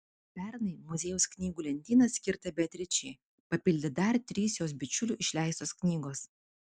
pernai muziejaus knygų lentyną skirtą beatričei papildė dar trys jos bičiulių išleistos knygos